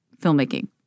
filmmaking